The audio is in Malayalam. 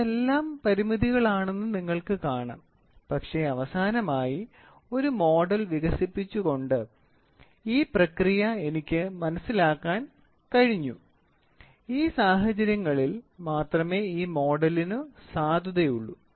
ഇതെല്ലാം പരിമിതികളാണെന്ന് നിങ്ങൾക്ക് കാണാം പക്ഷേ അവസാനമായി ഒരു മോഡൽ വികസിപ്പിച്ചുകൊണ്ട് എനിക്ക് ഈ പ്രക്രിയ മനസ്സിലാക്കാൻ കഴിഞ്ഞു ഈ സാഹചര്യങ്ങളിൽ മാത്രമേ ഈ മോഡലിനു സാധുതയുള്ളൂ